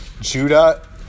Judah